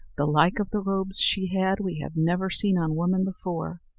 the like of the robes she had we have never seen on woman before.